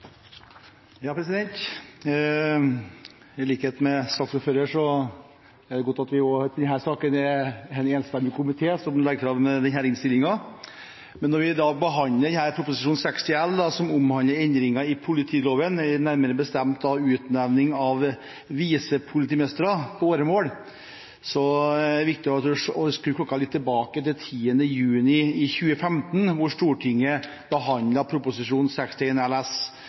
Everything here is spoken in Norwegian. godt at det også i denne saken er en enstemmig komité som legger fram innstillingen. Men når vi nå behandler Prop. 60 L for 2015–2016, som omhandler endringer i politiloven, nærmere bestemt utnevning av visepolitimestere på åremål, er det viktig å skru klokken litt tilbake, til 10. juni 2015, da Stortinget behandlet Prop. 61 LS for 2014–2015, om trygghet i hverdagen, altså nærpolitireformen, hvor Stortinget